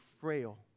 frail